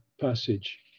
passage